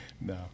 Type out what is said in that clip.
No